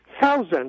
thousands